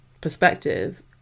perspective